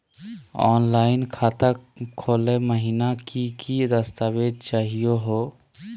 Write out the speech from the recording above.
Online खाता खोलै महिना की की दस्तावेज चाहीयो हो?